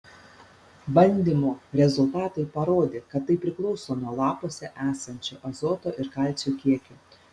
bandymų rezultatai parodė kad tai priklauso nuo lapuose esančio azoto ir kalcio kiekio